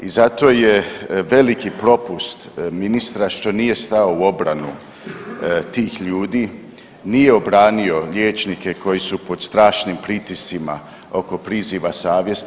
I zato je veliki propust ministra što nije stao u obranu tih ljudi, nije obranio liječnike koji su pod strašnim pritiscima oko priziva savjesti.